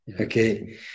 Okay